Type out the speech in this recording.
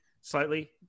slightly